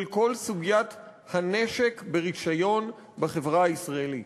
כל סוגיית הנשק ברישיון בחברה הישראלית.